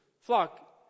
flock